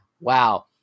Wow